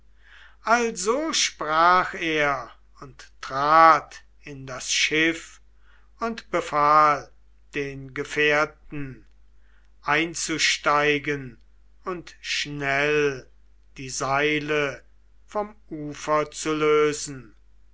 also sprach ich und trat ins schiff und befahl den gefährten einzusteigen und schnell die seile vom ufer zu lösen